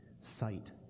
sight